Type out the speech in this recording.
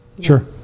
Sure